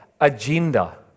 agenda